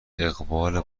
اقبال